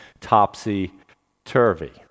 topsy-turvy